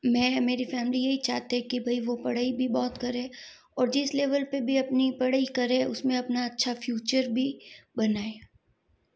मैं मेरी फैमिली यही चाहते हैं कि भई वो पढ़ाई भी बहुत करे और जिस लेवल पर भी अपनी पढ़ाई करे उसमें अपना अच्छा फ्यूचर भी बनाए